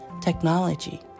technology